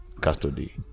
custody